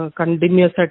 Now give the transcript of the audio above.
continuous